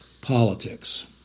politics